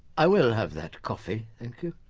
i will have that coffee, thank you.